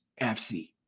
FC